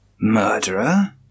Murderer